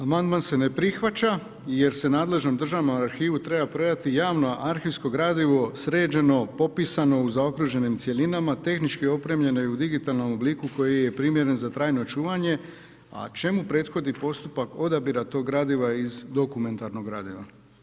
Amandman se ne prihvaća jer se nadležan u državnom arhivu treba predati javno arhivsko gradivo sređeno, popisano, u zaokruženim cjelinama, tehnički opremljene u digitalnom obliku koji je primjeren za trajno čuvanje, a čemu prethodi postupak odabira tog gradiva iz dokumentarnog gradiva.